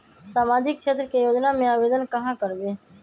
सामाजिक क्षेत्र के योजना में आवेदन कहाँ करवे?